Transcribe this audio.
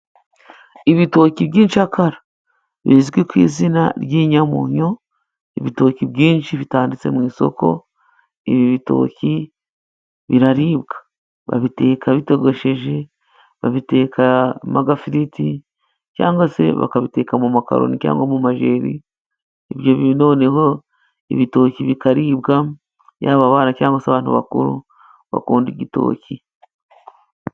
Ibitoki by'incakara bizwi ku izina ry'inyamunyo. Ibitoki byinshi bitanditse mu isoko. Ibi bitoki biraribwa. Babiteka bitogosheje, babitekamo agafiriti cyangwa se bakabiteka mu makaroni cyangwa mu majeri. Ibyo noneho, ibitoki bikaribwa. Yaba abana cyangwa se abantu bakuru bakunda igitoki.